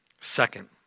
second